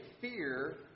fear